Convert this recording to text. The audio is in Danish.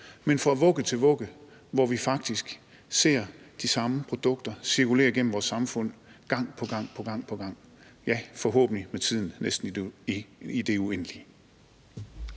men fra vugge til vugge, hvor vi faktisk ser de samme produkter cirkulere igennem vores samfund gang på gang. Ja, forhåbentlig med tiden næsten i det uendelige.